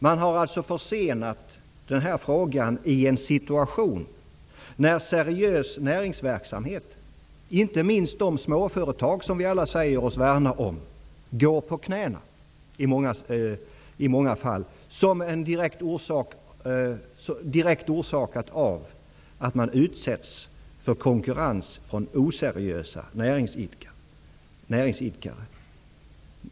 Man har alltså försenat frågan i en situation då seriös näringsverksamhet, inte minst de småföretag som vi alla säger oss värna om, i många fall går på knäna, direkt orsakat av konkurrens från oseriösa näringsidkare.